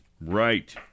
Right